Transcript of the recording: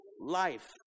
life